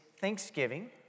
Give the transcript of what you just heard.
Thanksgiving